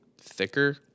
thicker